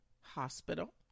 Hospital